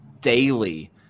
daily